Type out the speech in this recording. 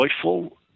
joyful